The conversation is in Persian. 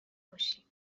باشی